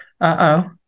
uh-oh